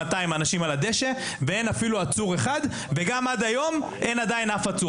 איש על הדשא לא היה אפילו עצור אחד וגם עד היום אין אף עצור?